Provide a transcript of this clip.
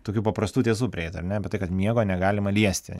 tokių paprastų tiesų prieit ar ne apie tai kad miego negalima liesti